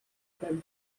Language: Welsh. ben